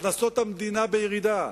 הכנסות המדינה בירידה,